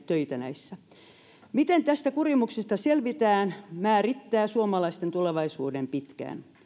töitä näissä se miten tästä kurimuksesta selvitään määrittää suomalaisten tulevaisuuden pitkään